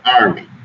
Army